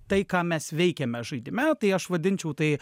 tai ką mes veikiame žaidime tai aš vadinčiau tai